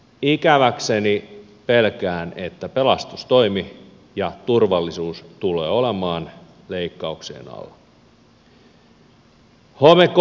ikäväkseni pelkään että pelastustoimi ja turvallisuus tulevat olemaan leikkauksien alla